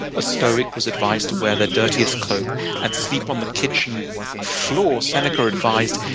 a stoic was advised the wear their dirtiest cloak and sleep on the kitchen floor, seneca advised,